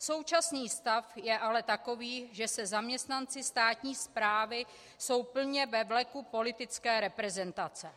Současný stav je ale takový, že zaměstnanci státní správy jsou plně ve vleku politické reprezentace. Vzhledem